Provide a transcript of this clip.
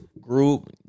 Group